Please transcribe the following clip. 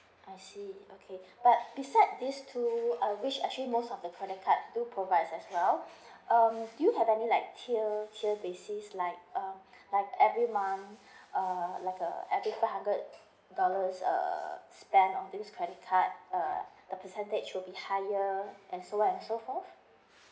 I see okay but beside these two uh which actually most of the credit card do provide as well um do you have any like tier tier basis like um like every month uh like a every five hundred dollars err spend of this credit card uh the percentage will be higher and so on and so forth